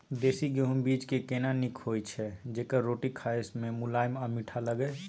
देसी गेहूँ बीज केना नीक होय छै जेकर रोटी खाय मे मुलायम आ मीठ लागय?